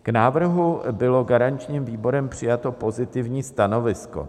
K návrhu bylo garančním výborem přijato pozitivní stanovisko.